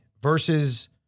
versus